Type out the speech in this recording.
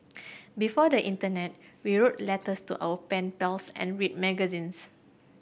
before the internet we wrote letters to our pen pals and read magazines